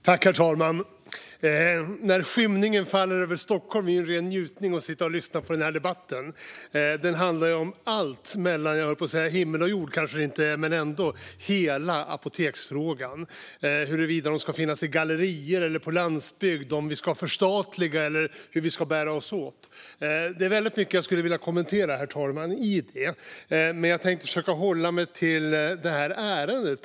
Herr talman! När skymningen faller över Stockholm är det en ren njutning att sitta och lyssna på denna debatt. Jag höll på att säga att den handlar om allt mellan himmel och jord. Det kanske den inte gör, men den handlar om hela apoteksfrågan, om huruvida apotek ska finnas i gallerior eller på landsbygd och om vi ska förstatliga eller hur vi ska bära oss åt. Herr talman! Det är väldigt mycket av detta som jag skulle vilja kommentera, men jag tänkte försöka hålla mig till ärendet.